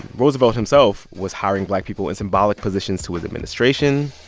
roosevelt himself was hiring black people in symbolic positions to his administration